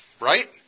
Right